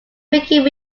became